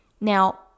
Now